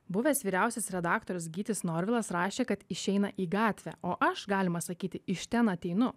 buvęs vyriausias redaktorius gytis norvilas rašė kad išeina į gatvę o aš galima sakyti iš ten ateinu